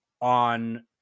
on